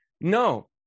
No